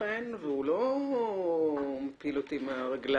התוכן והוא לא מפיל אותי מהרגליים: